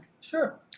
sure